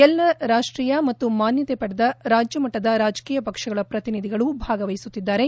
ಎಲ್ಲ ರಾಷ್ಟೀಯ ಮತ್ತು ಮಾನ್ಯತೆ ಪಡೆದ ರಾಜ್ಯ ಮಟ್ಟದ ರಾಜಕೀಯ ಪಕ್ಷಗಳ ಪ್ರತಿನಿಧಿಗಳು ಭಾಗವಹಿಸುತ್ತಿದ್ದಾರೆ